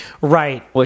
Right